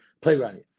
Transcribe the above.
playground